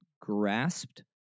grasped